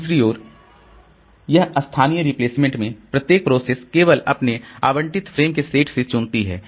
दूसरी ओर यह स्थानीय रिप्लेसमेंट में प्रत्येक प्रोसेस केवल अपने आवंटित फ्रेम के सेट से चुनती है